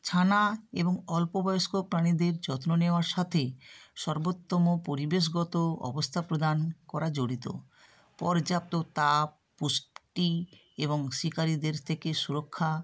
ছানা এবং অল্পবয়স্ক প্রাণীদের যত্ন নেওয়ার সাথে সর্বোত্তম পরিবেশগত অবস্থা প্রদান করা জড়িত পর্যাপ্ত তাপ পুষ্টি এবং শিকারিদের থেকে সুরক্ষা